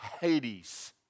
Hades